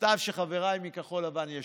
מוטב שחבריי מכחול לבן ישמעו.